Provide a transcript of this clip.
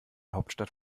hauptstadt